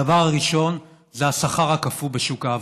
הדבר הראשון זה השכר הקפוא בשוק העבודה.